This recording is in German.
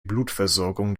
blutversorgung